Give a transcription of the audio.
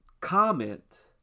comment